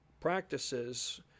practices